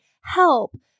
help